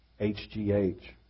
HGH